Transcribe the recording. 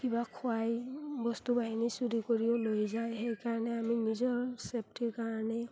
কিবা খুৱাই বস্তু বাহিনী চুৰি কৰিও লৈ যায় সেইকাৰণে আমি নিজৰ চেফটিৰ কাৰণে